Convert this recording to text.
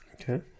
Okay